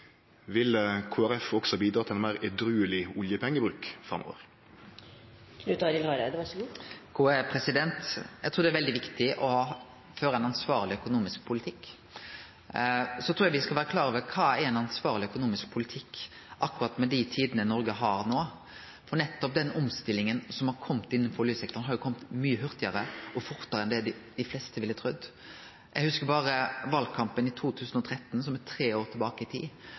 Vil Kristeleg Folkeparti også bidra til ein meir edrueleg oljepengebruk framover? Eg trur det er veldig viktig å føre ein ansvarleg økonomisk politikk. Så trur eg me skal vere klar over kva ein ansvarleg økonomisk politikk er akkurat med dei tidene Noreg har no, for den omstillinga som har kome innanfor oljesektoren, har kome mykje hurtigare og fortare enn dei fleste ville trudd. Eg hugsar valkampen i 2013, som er tre år tilbake i tid,